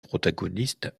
protagonistes